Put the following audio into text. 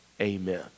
Amen